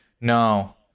No